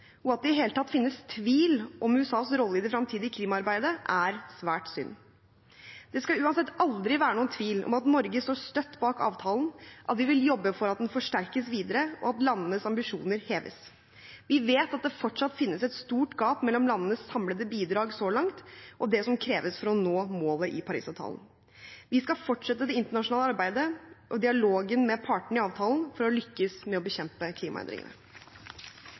at det i det hele tatt finnes tvil om USAs rolle i det framtidige klimaarbeidet, er svært synd. Det skal uansett aldri være noen tvil om at Norge står støtt bak avtalen, at vi vil jobbe for at den forsterkes videre, og at landenes ambisjoner heves. Vi vet at det fortsatt finnes et stort gap mellom landenes samlede bidrag så langt og det som kreves for å nå målet i Paris-avtalen. Vi skal fortsette det internasjonale arbeidet og dialogen med partene i avtalen for å lykkes med å bekjempe klimaendringene.